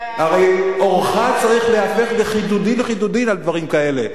הרי עורך צריך להיעשות חידודין-חידודין על דברים כאלה.